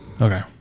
Okay